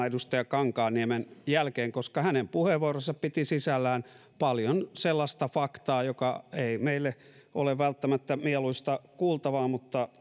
edustaja kankaanniemen jälkeen koska hänen puheenvuoronsa piti sisällään paljon sellaista faktaa joka ei meille ole välttämättä mieluista kuultavaa mutta